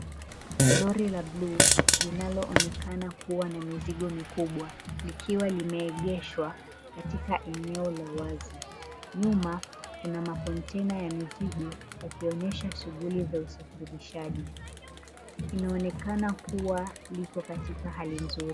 Lori la bluu linaloonekana kuwa na mizigo mikubwa likiwa limeegeshwa katika eneo la wazi. Nyuma kuna makontena ya mizigo akionyesha shughuli za usafirishaji. Inaonekana kuwa liko katika hali nzuri.